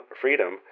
freedom